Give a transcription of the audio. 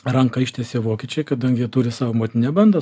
ranką ištiesė vokiečiai kadangi turi savo motininę bandą